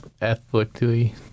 ethnically